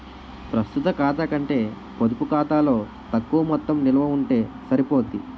ప్రస్తుత ఖాతా కంటే పొడుపు ఖాతాలో తక్కువ మొత్తం నిలవ ఉంటే సరిపోద్ది